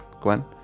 Gwen